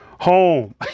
home